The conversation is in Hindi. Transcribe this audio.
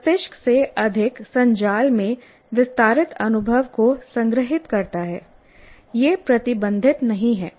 मस्तिष्क एक से अधिक संजाल में विस्तारित अनुभव को संग्रहीत करता है यह प्रतिबंधित नहीं है